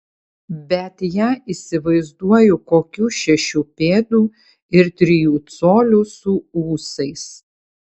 bet ją įsivaizduoju kokių šešių pėdų ir trijų colių su ūsais